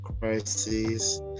crisis